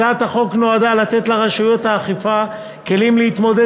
הצעת החוק נועדה לתת לרשויות האכיפה כלים להתמודד